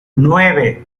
nueve